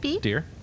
dear